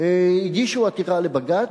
הגישו עתירה לבג"ץ.